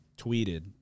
tweeted